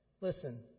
listen